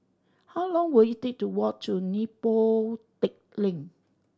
how long will it take to walk to Neo Pee Teck Lane